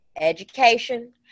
education